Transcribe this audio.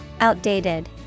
Outdated